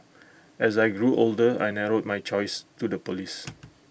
as I grew older I narrowed my choice to the Police